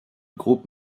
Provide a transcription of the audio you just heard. group